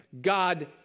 God